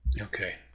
Okay